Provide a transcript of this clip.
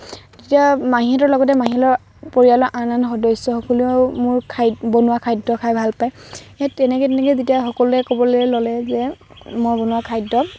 তেতিয়া মাহীহঁতৰ লগতে মাহীৰ পৰিয়ালৰ আন আন সদস্যসকলেও মোৰ বনোৱা খাদ্য় খাই ভাল পায় সেই তেনেকে তেনেকে যেতিয়া সকলোৱে ক'বলৈ ল'লে যে মই বনোৱা খাদ্য